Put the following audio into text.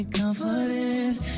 confidence